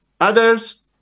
Others